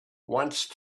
once